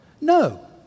No